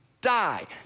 die